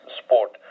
sport